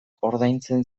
ordaintzen